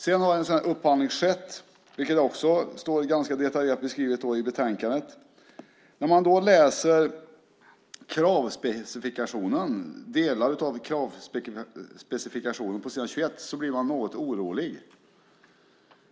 Sedan har en sådan upphandling skett, vilket också står ganska detaljerat beskrivet i betänkandet. När man läser delar av kravspecifikationen på s. 21 blir man något orolig.